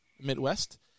midwest